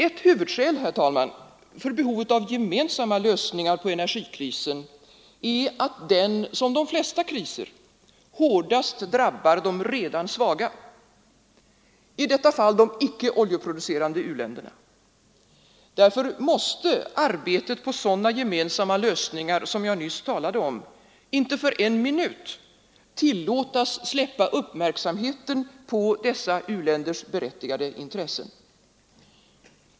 Ett huvudskäl, herr talman, för behovet av gemensamma lösningar av energikrisen är att den, som de flesta kriser, hårdast drabbar de redan svaga, i detta fall de icke oljeproducerande u-länderna. Därför måste arbetet på sådana gemensamma lösningar som jag nyss talade om icke för en minut tillåtas släppa uppmärksamheten på dessa u-länders berättigade intressen.